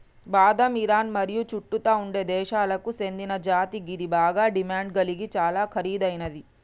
బాదం ఇరాన్ మరియు చుట్టుతా ఉండే దేశాలకు సేందిన జాతి గిది బాగ డిమాండ్ గలిగి చాలా ఖరీదైనది